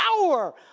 power